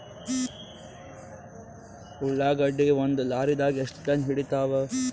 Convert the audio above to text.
ಉಳ್ಳಾಗಡ್ಡಿ ಒಂದ ಲಾರಿದಾಗ ಎಷ್ಟ ಟನ್ ಹಿಡಿತ್ತಾವ?